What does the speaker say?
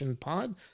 pod